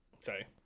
sorry